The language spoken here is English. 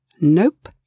Nope